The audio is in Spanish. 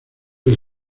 del